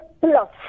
plus